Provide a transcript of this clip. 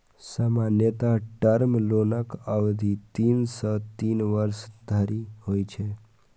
सामान्यतः टर्म लोनक अवधि तीन सं तीन वर्ष धरि होइ छै